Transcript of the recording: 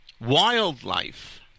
Wildlife